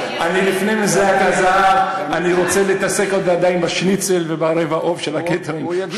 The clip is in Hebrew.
לפני מניית הזהב אני רוצה להתעסק עדיין בשניצל וברבע העוף של הקייטרינג,